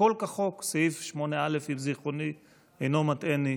הכול כחוק, סעיף 8א, אם זיכרוני אינו מטעני,